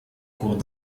cours